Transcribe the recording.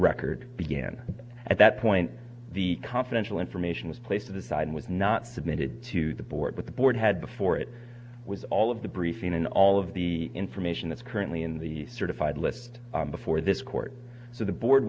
record began at that point the confidential information was placed of the side with not submitted to the board but the board had before it was all of the briefing and all of the information that's currently in the certified list before this court so the board